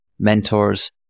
Mentors